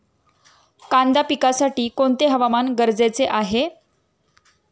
कांदा पिकासाठी कोणते हवामान गरजेचे आहे?